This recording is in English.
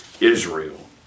Israel